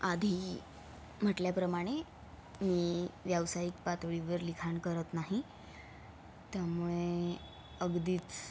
आधी म्हटल्याप्रमाणे मी व्यावसायिक पातळीवर लिखाण करत नाही त्यामुळे अगदीच